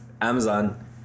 Amazon